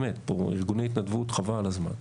באמת יש פה ארגוני התנדבות, חבל על הזמן.